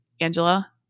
Angela